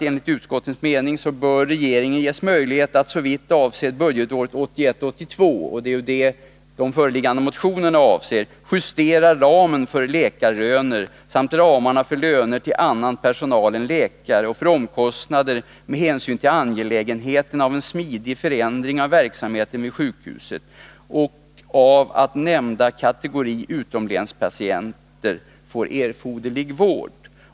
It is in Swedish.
Enligt utskottets mening ”bör regeringen ges möjlighet att såvitt avser budgetåret 1981/82” — det är det budgetår som avses i de föreliggande motionerna — ”justera ramen för läkarlöner samt ramarna för löner till annan personal än läkare och för omkostnader med hänsyn till angelägenheten av en smidig förändring av verksamheten vid sjukhuset och av att nämnda kategori utomlänspatienter får erforderlig vård”.